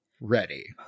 ready